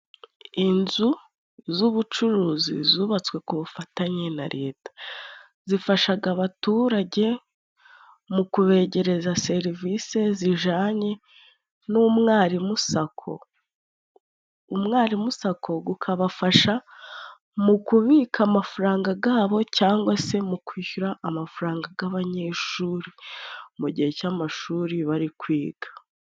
Inzu z'ubucuruzi zubatswe ku bufatanye na Leta, zifashaga abaturage mu kubegereza serivisi zijanye n'umwarimu sako, umwarimu sako gukabafasha mu kubika amafaranga gabo cyangwa se mu kwishyura amafaranga g'abanyeshuri mu gihe cy'amashuri bari kwiga.